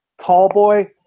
Tallboy